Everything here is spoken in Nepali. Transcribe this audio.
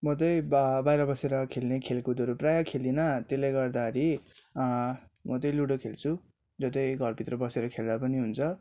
म चाहिँ बाहिर बसेर खेल्ने खेलकुदहरू प्रायः खेल्दिनँ त्यसले गर्दाखेरि म चाहिँ लुडो खेल्छु जो चाहिँ घरभित्र बसेर खेल्दा पनि हुन्छ